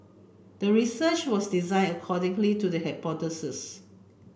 the research was designed accordingly to the hypothesis